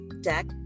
Deck